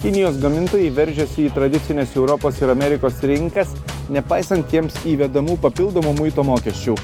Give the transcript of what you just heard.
kinijos gamintojai veržiasi į tradicines europos ir amerikos rinkas nepaisant jiems įvedamų papildomų muito mokesčių